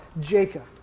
Jacob